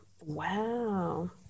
wow